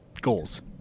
goals